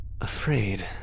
afraid